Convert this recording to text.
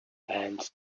and